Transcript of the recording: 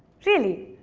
really.